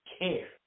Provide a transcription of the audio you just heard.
care